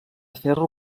ferro